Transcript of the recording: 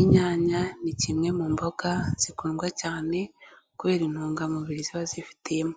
Inyanya ni kimwe mu mboga zikundwa cyane kubera intungamubiri ziba zifitiyemo,